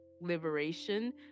liberation